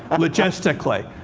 logistically.